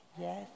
Yes